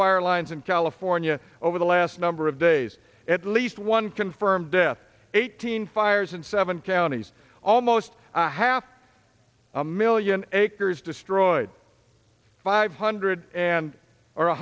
fire lines in california over the last number of days at least one confirmed death eighteen fires and seven counties almost half a million acres destroyed five hundred and o